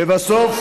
לבסוף,